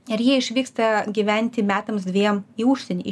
ir jie išvyksta gyventi metams dviem į užsienį į